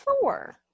four